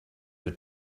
your